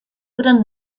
gran